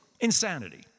Insanity